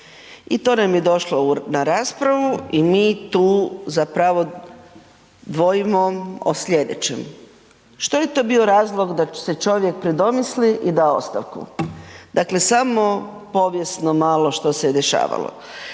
i to nam je došlo na raspravu i mi tu zapravo dvojimo o slijedećem, što je to bio razlog da se čovjek predomisli i da ostavku? Dakle, samo povijesno malo što se je dešavalo.